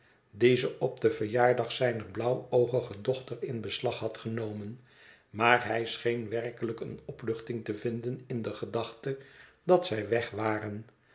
ze op den verjaardag zijner blauwoogige dochter in beslag had genomen maar hij scheen werkelijk eene opluchting te vinden in de gedachte dat zij weg waren